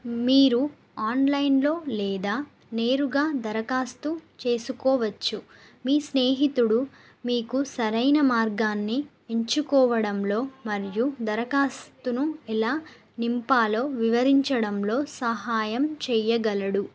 మీరు ఆన్లైన్లో లేదా నేరుగా దరఖాస్తు చేసుకోవచ్చు మీ స్నేహితుడు మీకు సరైన మార్గాన్ని ఎంచుకోవడంలో మరియు దరఖాస్తును ఇలా నింపాలో వివరించడంలో సహాయం చెయ్యగలడు